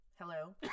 Hello